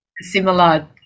similar